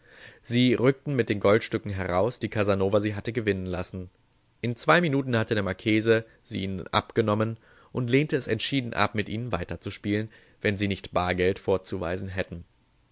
sie rückten mit den goldstücken heraus die casanova sie hatte gewinnen lassen in zwei minuten hatte der marchese sie ihnen abgenommen und lehnte es entschieden ab mit ihnen weiterzuspielen wenn sie nicht bargeld vorzuweisen hätten